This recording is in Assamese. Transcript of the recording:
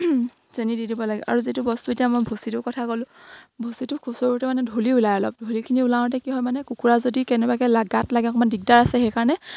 চেনি দি দিব লাগে আৰু যিটো বস্তু এতিয়া মই ভুচিটো কথা ক'লোঁ ভুচিটো খুচুৰতে মানে ধূলি ওলাই অলপ ধূলিখিনি ওলাওঁতে কি হয় মানে কুকুৰা যদি কেনেবাকে গাত লাগে অকমান দিগদাৰ আছে সেইকাৰণে